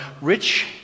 rich